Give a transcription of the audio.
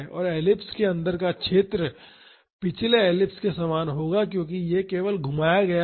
और एलिप्स के अंदर का क्षेत्र पिछले एलिप्स के समान होगा क्योंकि यह केवल घुमाया गया है